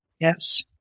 Yes